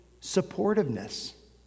supportiveness